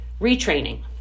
Retraining